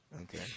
Okay